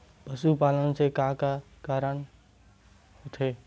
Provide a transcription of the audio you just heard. पशुपालन से का का कारण होथे?